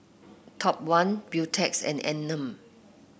Top One Beautex and Anmum